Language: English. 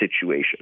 situation